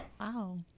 Wow